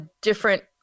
different